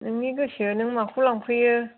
नोंनि गोसो नों माखौ लांफैयो